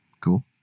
cool